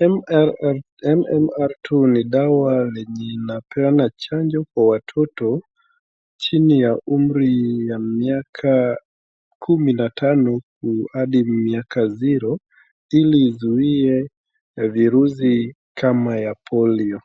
MRR2 ni dawa yenye inapeana chanjo kwa watoto chini ya umri ya miaka kumi na tano hadi miaka zero ili izue virusi kama ya polio.